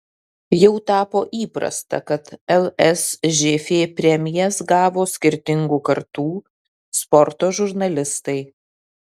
jau tapo įprasta kad lsžf premijas gavo skirtingų kartų sporto žurnalistai